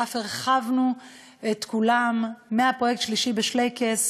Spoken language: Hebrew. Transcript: ואף הרחבנו את כולם: הפרויקט "שלישי בשלייקעס"